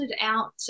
out